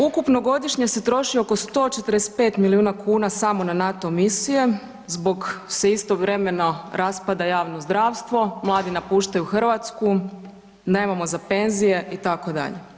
Ukupno godišnje se troši oko 145 milijuna kuna samo na NATO misije zbog se istovremeno raspada javno zdravstvo, mladi napuštaju Hrvatsku, nemamo za penzije itd.